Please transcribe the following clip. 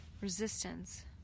resistance